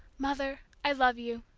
mother, i love you!